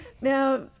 Now